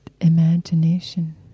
imagination